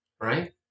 Right